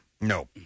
No